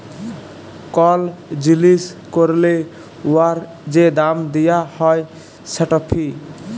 call জিলিস ক্যরলে উয়ার যে দাম দিয়া হ্যয় সেট ফি